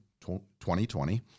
2020